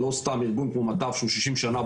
לא סתם ארגון כמו מטב שעוסק בתחום 60 שנה,